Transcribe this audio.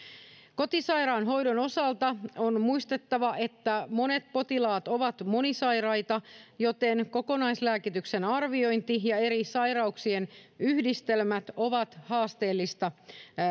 kotisairaanhoidon osalta on muistettava että monet potilaat ovat monisairaita joten kokonaislääkityksen arviointi ja eri sairauksien yhdistelmät ovat haasteellista